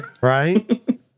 right